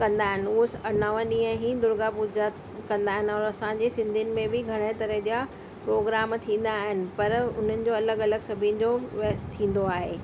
कंदा आहिनि उहो स नवं ॾींहं ई दुर्गा पूजा कंदा आहिनि और असांजे सिंधियुनि में बि घणा तरह जा प्रोग्रम थींदा आहिनि पर उन्हनि जो अलॻि अलॻि सभिनि जो व थींदो आहे